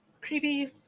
creepy